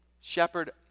shepherd